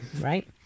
right